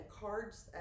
cards